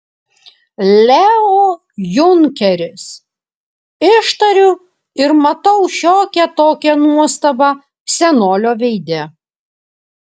leo junkeris ištariu ir matau šiokią tokią nuostabą senolio veide